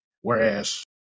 Whereas